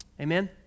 Amen